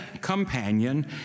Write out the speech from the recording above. companion